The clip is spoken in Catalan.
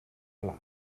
pla